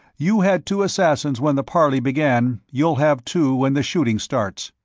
you had two assassins when the parley began, you'll have two when the shooting starts.